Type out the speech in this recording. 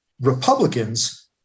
Republicans